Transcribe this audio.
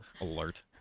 alert